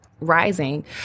rising